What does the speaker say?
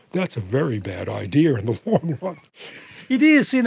that's a very bad idea in the long-run. it is. you know,